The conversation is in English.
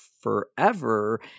forever